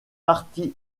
parties